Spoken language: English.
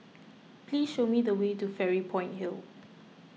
please show me the way to Fairy Point Hill